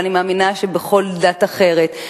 אבל אני מאמינה שבכל דת אחרת,